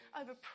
over